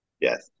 Yes